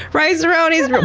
rice-a-roni's